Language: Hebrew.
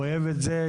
אוהב את זה,